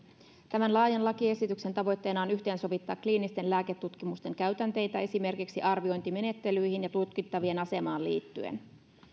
tämän laajan lakiesityksen tavoitteena on yhteensovittaa kliinisten lääketutkimusten käytänteitä esimerkiksi arviointimenettelyihin ja tutkittavien asemaan liittyen